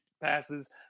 passes